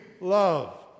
love